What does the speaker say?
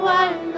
one